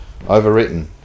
overwritten